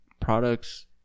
products